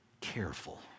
careful